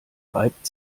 reibt